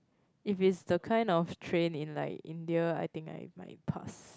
if it's the kind of train in like India I think I might pass